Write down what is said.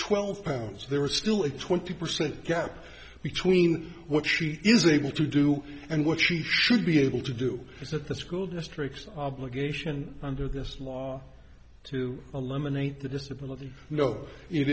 twelve pounds there were still a twenty percent gap between what she is able to do and what she should be able to do that the school district obligation under this law to eliminate the disability you know it